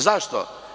Zašto?